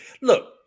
Look